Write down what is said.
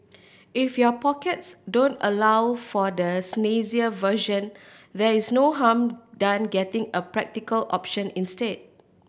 if your pockets don't allow for the snazzier version there is no harm done getting a practical option instead